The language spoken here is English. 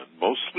mostly